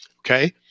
okay